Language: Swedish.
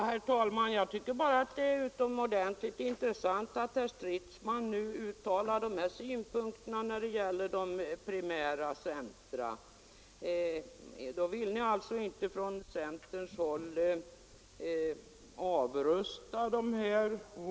Herr talman! Jag tycker att det är utomordentligt intressant att herr Stridsman nu uttalar de här synpunkterna när det gäller primära centra. Då vill ni från centerns sida alltså inte avrusta de primära centra?